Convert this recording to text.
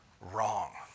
Wrong